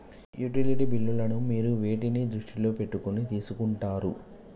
Utility బిల్లులను మీరు వేటిని దృష్టిలో పెట్టుకొని తీసుకుంటారు?